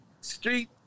street